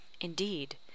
Indeed